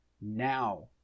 Now